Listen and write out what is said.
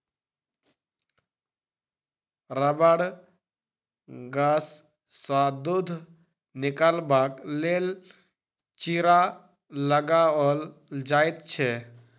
रबड़ गाछसँ दूध निकालबाक लेल चीरा लगाओल जाइत छै